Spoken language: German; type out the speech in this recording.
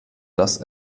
dass